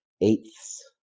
eighths